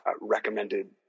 recommended